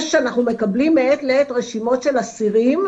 אנחנו מקבלים מעת לעת רשימות של אסירים,